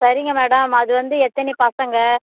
சரிங்க மேடம் அது வந்து எத்தினி பசங்க